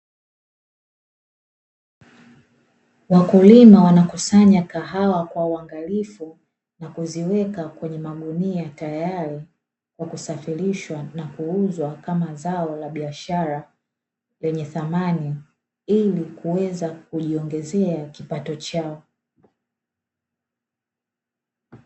Wakulima wanakusanya kahawa kwa uangalifu na kuziweka kwenye magunia tayari na kusafirishwa na kuuzwa kama zao la biashara lenye thamani, ili kuweza kujiongezea kipato chao.